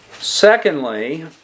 Secondly